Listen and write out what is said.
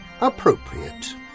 appropriate